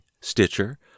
Stitcher